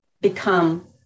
become